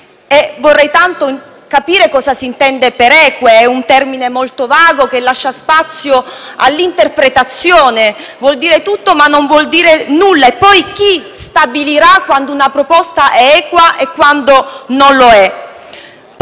e vorrei tanto capire cosa si intende per eque, perché è un termine molto vago che lascia spazio all'interpretazione: vuol dire tutto, ma non vuol dire nulla e poi chi stabilirà quando una proposta è equa e quando non lo è?